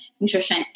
nutrition